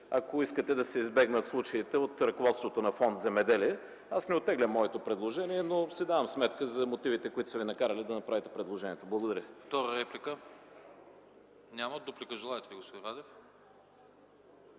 ако искате да се избегнат случаите от ръководството на фонд „Земеделие”. Аз не оттеглям моето предложение, но си давам сметка за мотивите, които са ви накарали да направите предложението. Благодаря. ПРЕДСЕДАТЕЛ АНАСТАС АНАСТАСОВ: Втора реплика? Няма. Дуплика желаете ли, господин Радев?